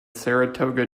saratoga